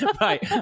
Right